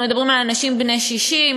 אנחנו מדברים על אנשים בני 60,